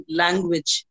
language